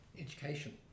education